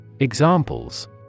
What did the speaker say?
Examples